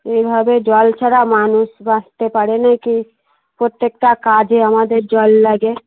এইভাবে জল ছাড়া মানুষ বাঁচতে পারে না কি প্রত্যেকটা কাজে আমাদের জল লাগে